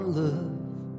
love